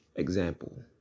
example